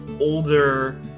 older